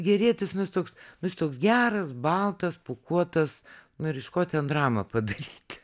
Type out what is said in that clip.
gerietis nu jis toks nu jis toks geras baltas pūkuotas nu ir iš ko ten dramą padaryti